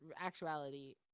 actuality